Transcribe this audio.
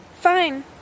Fine